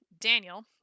Daniel